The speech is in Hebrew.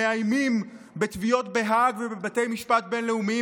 מאיימים בתביעות בהאג ובבתי משפט בין-לאומיים,